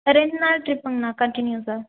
ரெண்டு நாள் டிரிப்ங்கண்ணா கண்டினியூஸாக